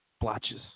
blotches